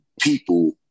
people